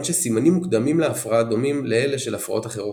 שסימנים מוקדמים להפרעה דומים לאלה של הפרעות אחרות.